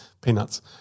peanuts